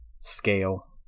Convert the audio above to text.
scale